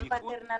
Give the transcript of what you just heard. גם פטרנליסטי,